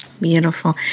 Beautiful